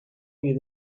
you